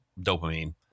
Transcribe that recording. dopamine